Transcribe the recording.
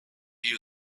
you